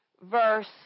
verse